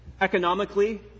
economically